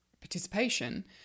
participation